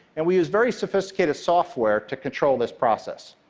and we use very sophisticated software to control this process.